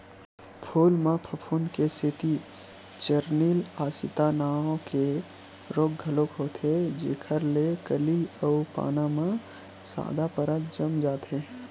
फूल म फफूंद के सेती चूर्निल आसिता नांव के रोग घलोक होथे जेखर ले कली अउ पाना म सादा परत जम जाथे